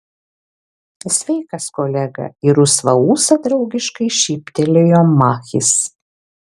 sveikas kolega į rusvą ūsą draugiškai šyptelėjo machis